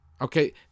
Okay